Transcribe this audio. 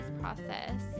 process